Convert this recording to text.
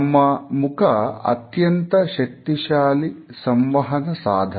ನಮ್ಮ ಮುಖ ಅತ್ಯಂತ ಶಕ್ತಿಶಾಲಿ ಸಂವಹನ ಸಾಧನ